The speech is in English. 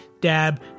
dab